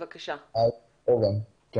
בצפון, אחד המשקים הגדולים.